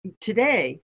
today